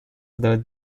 the